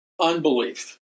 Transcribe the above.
unbelief